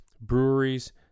Breweries